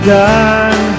done